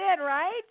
right